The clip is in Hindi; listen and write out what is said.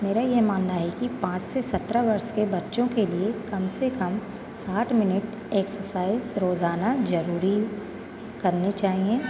मेरा यह मानना है कि पाँच से सत्रह वर्ष के बच्चों के लिए कम से कम साठ मिनट एक्सरसाइज़ रोज़ाना जरूरी करने चाहिए